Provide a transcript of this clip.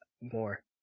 more